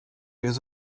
years